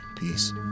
Peace